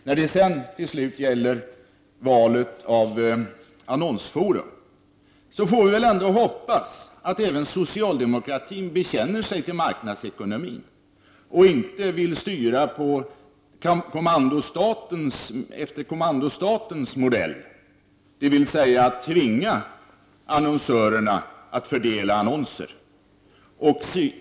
När det gäller valet av annonsforum får vi hoppas att även socialdemokraterna också bekänner sig till marknadsekonomin och säger nej till styrning enligt kommandostatens modell — dvs. att annonsörerna tvingas fördela annonserna.